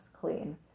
clean